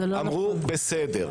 אמרו: בסדר.